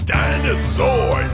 Dinosaur